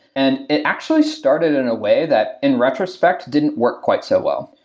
and it actually started in a way that in retrospect didn't work quite so well.